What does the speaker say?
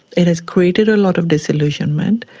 it has created a lot of disillusionment,